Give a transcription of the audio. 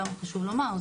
גם חשוב לומר,